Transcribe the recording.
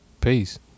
Peace